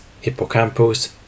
hippocampus